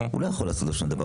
הוא לא יכול לעשות לו שום דבר.